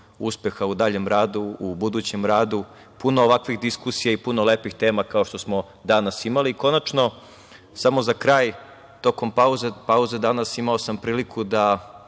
uspeha u daljem radu, u budućem radu, puno ovakvih diskusija i puno lepih tema kao što smo danas imali. Konačno, samo za kraj, tokom pauze danas imao sam priliku da